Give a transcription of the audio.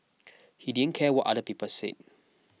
he didn't care what other people said